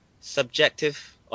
subjective